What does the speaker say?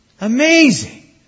Amazing